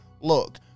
Look